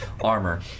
armor